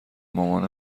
مامان